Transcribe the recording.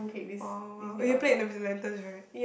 !wow! !wow! !wow! oh you played with the lanterns right